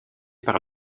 par